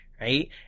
right